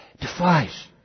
Defies